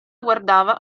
guardava